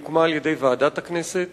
והיא הוקמה על-ידי ועדת הכנסת.